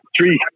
three